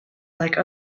like